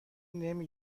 نمی